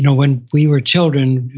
when we were children,